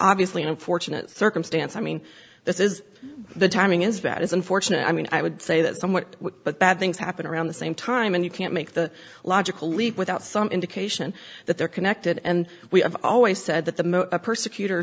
obviously an unfortunate circumstance i mean this is the timing is that is unfortunate i mean i would say that somewhat but bad things happen around the same time and you can't make the logical leap without some indication that they're connected and we have always said that the persecut